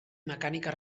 mecànica